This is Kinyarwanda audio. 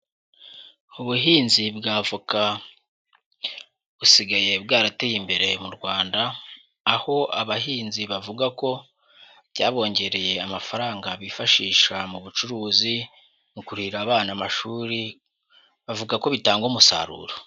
Ubuhinzi bwa avoka busigaye bwarateye imbere mu Rwanda, aho abahinzi bavuga ko byabongereye amafaranga bifashisha mu bucuruzi, mu kurihira abana amashuri. Bavuga ko bitanga umusaruro.